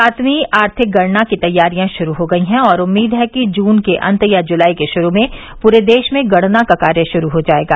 सातवीं आर्थिक गणना की तैयारियां शुरू हो गई हैं और उम्मीद है कि जून के अंत या जुलाई के शुरू में पूरे देश में गणना का कार्य शुरू हो जाएगा